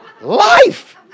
Life